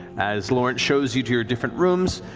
as lawrence shows you to your different rooms,